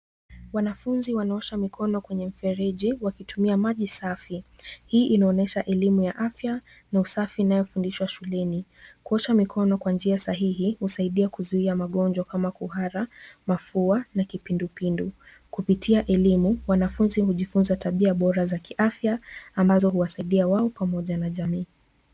Wanafunzi wanaosha mikono kwenye mfereji wakitumia maji safi. Hii inaonyesha elimu ya afya na usafi inayofundishwa shuleni. Kuosha mikono kwa njia sahihi husaidia kuzuia magonjwa kama kuhara, mafua na kipindupindu. Kupitia elimu wanafunzi hujifunza tabia bora za kiafya ambazo huwasaidia wao pamoja na jamii.